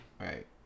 Right